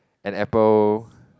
an Apple